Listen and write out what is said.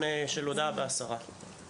באתי מתחום המדע המדויק ואני אוהב מדידה.